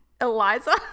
Eliza